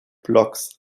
blocks